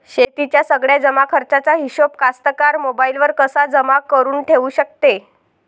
शेतीच्या सगळ्या जमाखर्चाचा हिशोब कास्तकार मोबाईलवर कसा जमा करुन ठेऊ शकते?